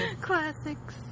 Classics